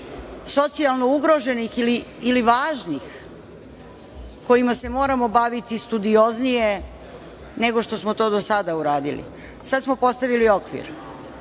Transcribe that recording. socijalno ugroženih ili važnih kojima se moramo baviti studioznije nego što smo to do sada uradili. Sada smo postavili okvir,